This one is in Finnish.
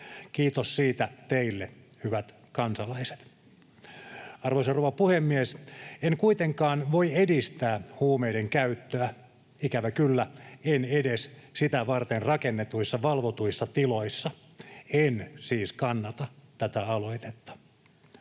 Kiitos siitä teille, hyvät kansalaiset. Arvoisa rouva puhemies! En kuitenkaan voi edistää huumeiden käyttöä, ikävä kyllä, en edes sitä varten rakennetuissa valvotuissa tiloissa. En siis kannata tätä aloitetta.